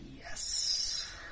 yes